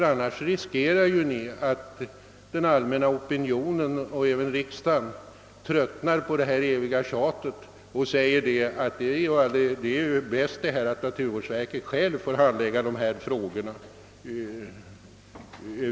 Ni jägare riskerar annars att den allmänna opinionen och riksdagen tröttnar på det här evinnerliga tjatet och säger att det är bäst att naturvårdsverket ensamt får handlägga dessa frågor.